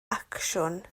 acsiwn